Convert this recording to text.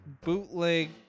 bootleg